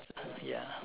ya